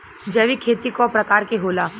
जैविक खेती कव प्रकार के होला?